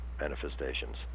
manifestations